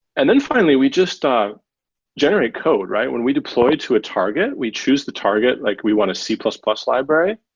then finally we just um generate code, right? when we deploy to a target, we choose the target like we want a c plus plus library.